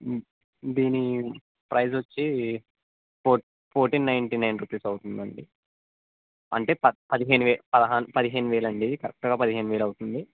దీని ప్రైస్ వచ్చి four fourteen ninety nine rupees అవుతుందండి అంటే పద్నా పదిహేను పదహా పదిహేను వేలు అండి కరెక్టుగా పదిహేను వేలు అవుతుంది